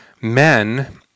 men